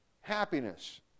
Happiness